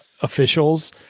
officials